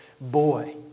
boy